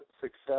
success